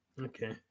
Okay